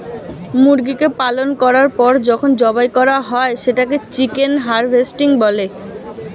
মুরগিকে পালন করার পর যখন জবাই করা হয় সেটাকে চিকেন হারভেস্টিং বলে